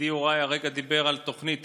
ידידי יוראי דיבר הרגע על תוכנית היל"ה,